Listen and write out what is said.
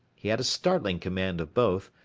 he had a startling command of both,